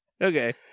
Okay